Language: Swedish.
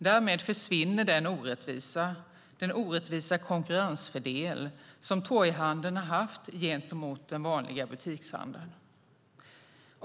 Därmed försvinner den orättvisa konkurrensfördel som torghandeln har haft gentemot den vanliga butikshandeln.